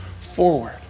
forward